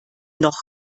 noch